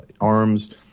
arms